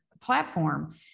platform